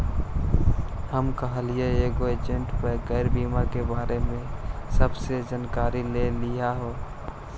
हम कलहे एगो एजेंट से गैप बीमा के बारे में सब जानकारी ले लेलीअई हे